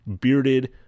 bearded